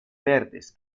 verdes